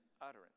utterance